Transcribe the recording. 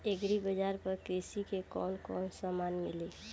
Agri बाजार पर कृषि के कवन कवन समान मिली?